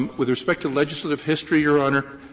um with respect to legislative history, your honor,